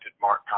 Mark